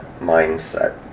Mindset